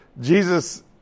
Jesus